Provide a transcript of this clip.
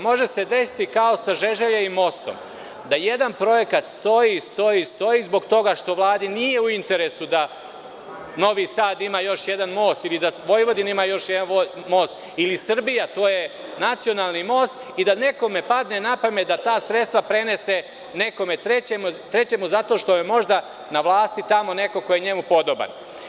Može se desiti kao sa Žeželjevim mostom da jedan projekat stoji, stoji i stoji zbog toga što Vladi nije u interesu da Novi Sad ima još jedan most ili da Vojvodina ima još jedan most ili Srbije, to je nacionalni most, i da nekome padne na pamet da ta sredstva prenese nekome trećem zato što je možda na vlasti tamo neko ko je njemu podoban.